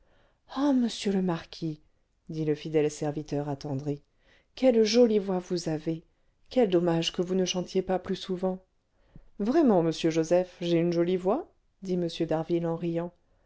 ah monsieur le marquis dit le fidèle serviteur attendri quelle jolie voix vous avez quel dommage que vous ne chantiez pas plus souvent vraiment monsieur joseph j'ai une jolie voix dit m d'harville en riant